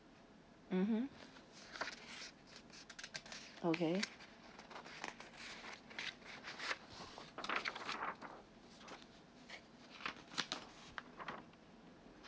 mmhmm okay